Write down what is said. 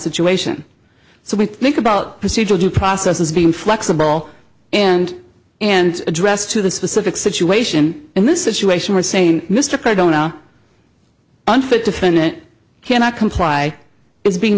situation so we think about procedural due process as being flexible and and address to the specific situation in this situation we're saying mr cardona unfit defendant cannot comply is being